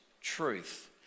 truth